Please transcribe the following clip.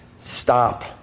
stop